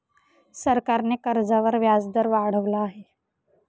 सरकारने कर्जावर व्याजदर वाढवला आहे